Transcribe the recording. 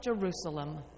Jerusalem